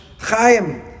Chaim